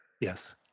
Yes